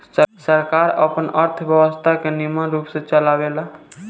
सरकार आपन अर्थव्यवस्था के निमन रूप से चलावेला